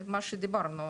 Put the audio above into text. מה שדיברנו,